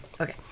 Okay